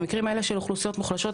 במקרים האלה של אוכלוסיות מוחלשות,